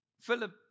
Philip